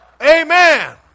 Amen